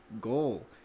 goal